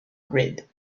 grid